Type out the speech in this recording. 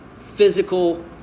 physical